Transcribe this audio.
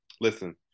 Listen